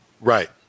Right